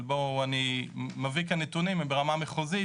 אני מביא כאן נתונים, הם ברמה מחוזית.